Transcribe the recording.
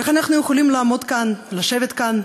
איך אנחנו יכולים לעמוד כאן, לשבת כאן